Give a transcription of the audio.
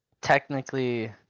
technically